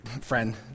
friend